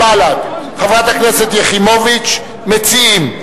בל"ד וחברת הכנסת יחימוביץ מציעים.